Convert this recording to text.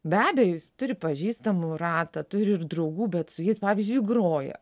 be abejo jis turi pažįstamų ratą turi ir draugų bet jis pavyzdžiui groja